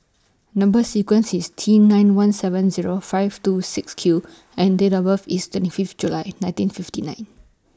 Number sequence IS T nine one seven Zero five two six Q and Date of birth IS twenty Fifth July nineteen fifty nine